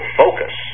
focus